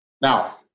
Now